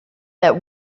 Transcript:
that